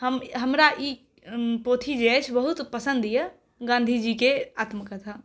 हम हमरा ई पोथी जे अछि बहुत पसन्द यए गाँधी जीके आत्मकथा